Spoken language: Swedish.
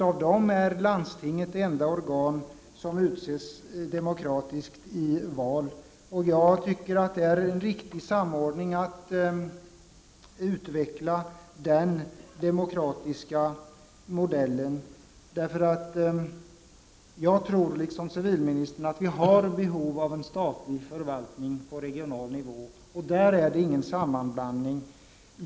Av dem är landstinget det enda organ som utses demokratiskt i val. Jag tycker det är en riktig samordning att utveckla den demokratiska modellen. Jag tror nämligen i likhet med civilministern 101 att vi har behov av en statlig förvaltning på regional nivå. Där är det ingen sammanblandning.